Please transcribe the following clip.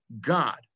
god